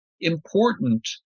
important